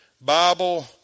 Bible